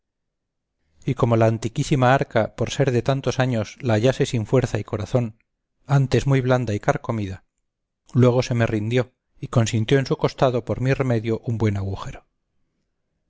y como la antiquísima arca por ser de tantos años la hallase sin fuerza y corazón antes muy blanda y carcomida luego se me rindió y consintió en su costado por mi remedio un buen agujero